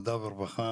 העבודה והרווחה